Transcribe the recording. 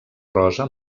rosa